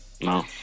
no